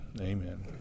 Amen